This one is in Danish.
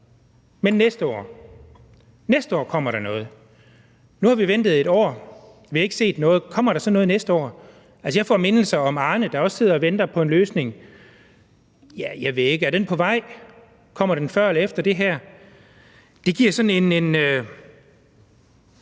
men næste år. Næste år kommer der noget. Nu har vi ventet et år, og vi har ikke set noget. Kommer der så noget næste år? Altså, jeg får mindelser om Arne, der også sidder og venter på en løsning. Jeg ved det ikke. Er den på vej? Kommer den før eller efter det her? Det giver sådan en